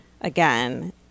Again